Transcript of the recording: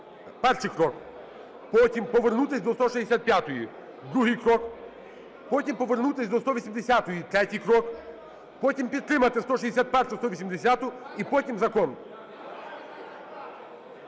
перший крок. Потім повернутись до 165 – другий крок. Потім повернутись до 180 – третій крок. Потім підтримати 161, 180. І потім – закон.